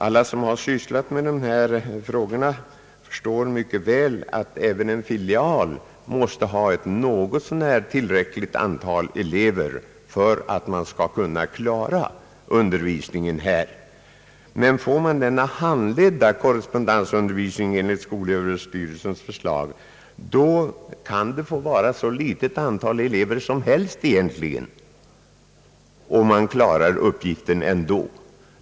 Alla som har sysslat med dessa frågor förstår mycket väl att även en filial måste ha något så när tillräckligt med elever för att man skall kunna klara undervisningen. Men får man denna handledda korrespondensundervisning enligt skolöverstyrelsens förslag, kan det få vara ett så litet antal elever som helst — man klarar uppgiften ändå.